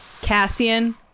Cassian